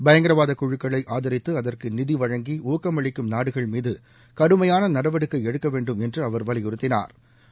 பயங்கரவாத குழுக்களை ஆதரித்து அதற்கு நிதி வழங்கி ஊக்கமளிக்கும் நாடுகள் மீது கடுமையாள நடவடிக்கை எடுக்க வேண்டும் என்று அவர் வலியுறுத்தினாா்